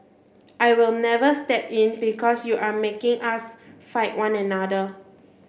I will never step in because you are making us fight one another